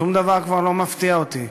שום דבר כבר לא מפתיע אותי.